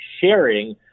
sharing